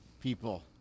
people